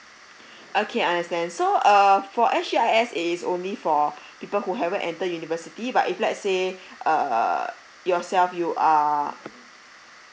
okay understand so uh for S_G_I_S it is only for people who haven't enter university but if let's say uh yourself you are